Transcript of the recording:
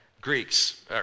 Greeks